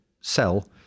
sell